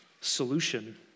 solution